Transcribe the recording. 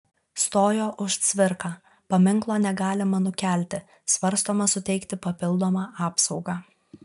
stojo už cvirką paminklo negalima nukelti svarstoma suteikti papildomą apsaugą